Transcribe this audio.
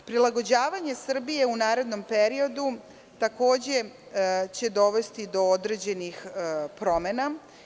Prilagođavanje Srbije u narednom periodu takođe će dovesti do određenih promena.